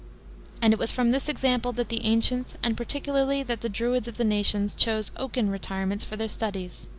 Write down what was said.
and it was from this example that the ancients and particularly that the druids of the nations, chose oaken retirements for their studies.